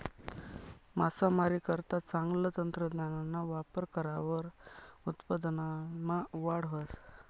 मासामारीकरता चांगलं तंत्रज्ञानना वापर करावर उत्पादनमा वाढ व्हस